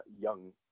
young